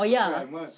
oh ya ah